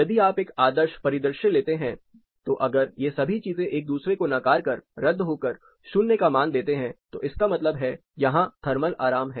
यदि आप एक आदर्श परिदृश्य लेते हैं तो अगर ये सभी चीजें एक दूसरे को नकार कर रद्द होकर 0 का मान देते हैं तो इसका मतलब है यहां थर्मल आराम है